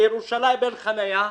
בירושלים אין חניה,